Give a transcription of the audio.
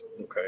Okay